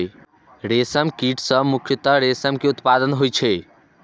रेशम कीट सं मुख्यतः रेशम के उत्पादन होइ छै